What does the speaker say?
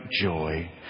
joy